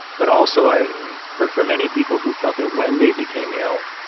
but also, i heard from many people who felt that when they became ill,